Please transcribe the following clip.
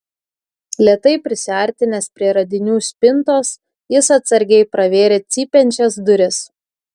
lėtai prisiartinęs prie radinių spintos jis atsargiai pravėrė cypiančias duris